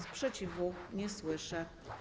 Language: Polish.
Sprzeciwu nie słyszę.